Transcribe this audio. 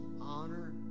honor